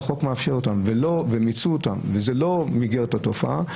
היה מיגור של התופעה.